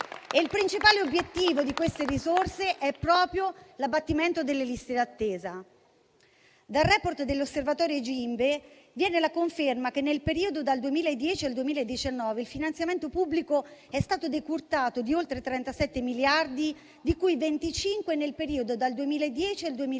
Il principale obiettivo di queste risorse è proprio l'abbattimento delle liste d'attesa. Dal *report* dell'Osservatorio Gimbe viene la conferma che, nel periodo dal 2010 al 2019, il finanziamento pubblico è stato decurtato di oltre 37 miliardi, di cui 25 nel periodo dal 2010 al 2015,